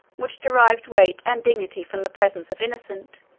which derived weight and dignity from the presence of innocent,